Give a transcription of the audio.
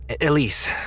Elise